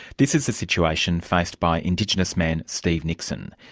this is the situation faced by indigenous man steve nixon,